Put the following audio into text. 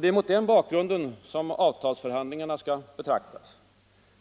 Det är mot den bakgrunden avtalsförhandlingarna skall betraktas.